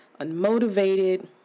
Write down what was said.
unmotivated